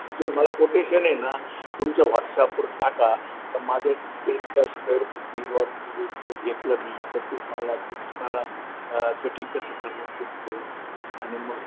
तर तुम्ही मला कोटेशन आहे ना तुमच्या व्हॉट्सॲपवर टाका का माझे इतके इतके स्क्वेअर फूट नि बुवा इतकं घेतलं मी तून मला तुम्हाला फिटिंग कसं करणार मी ते आणि मग